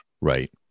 Right